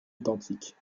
identiques